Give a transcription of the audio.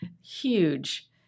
huge